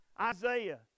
Isaiah